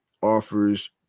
offers